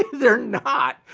they're not.